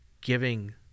giving—